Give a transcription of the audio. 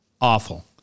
awful